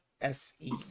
SE